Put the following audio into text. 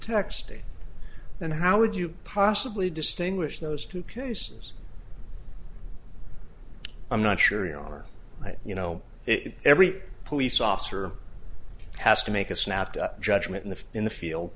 texting and how would you possibly distinguish those two cases i'm not sure you are right you know it every police officer has to make a snap judgment in the in the field